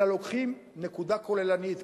אלא לוקחים נקודה כוללנית.